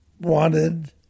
wanted